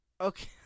Okay